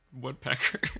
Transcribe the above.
woodpecker